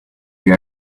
you